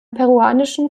peruanischen